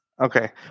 Okay